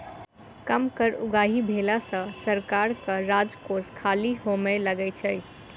कम कर उगाही भेला सॅ सरकारक राजकोष खाली होमय लगै छै